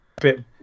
bit